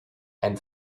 and